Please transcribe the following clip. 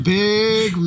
big